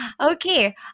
Okay